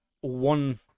one